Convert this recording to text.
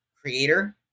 creator